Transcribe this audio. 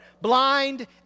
blind